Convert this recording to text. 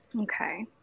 Okay